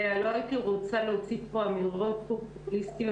לא הייתי רוצה להוציא פה אמירות פופוליסטיות